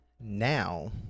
now